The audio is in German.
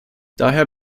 daher